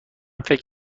فکر